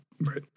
Right